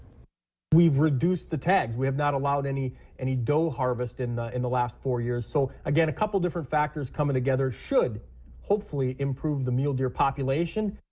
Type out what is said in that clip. we've reduced the tags. we have not allowed any any doe harvest in the in the last four years. so again a couple of different factors coming together should hopefully improve the mule deer population.